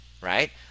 right